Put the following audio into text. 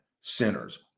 sinners